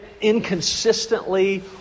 inconsistently